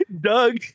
Doug